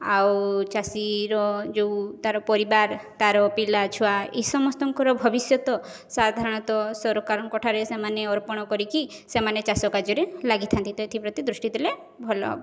ଆଉ ଚାଷୀର ଯେଉଁ ତାର ପରିବାର ତାର ପିଲା ଛୁଆ ଏ ସମସ୍ତଙ୍କର ଭବିଷ୍ୟତ ସାଧାରଣତଃ ସରକାରଙ୍କଠାରେ ସେମାନେ ଅର୍ପଣ କରିକି ସେମାନେ ଚାଷ କାର୍ଯ୍ୟରେ ଲାଗିଥାନ୍ତି ତ ଏଥିପ୍ରତି ଦୃଷ୍ଟି ହେଲେ ଭଲ ହେବ